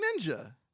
Ninja